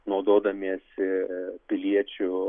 naudodamiesi piliečių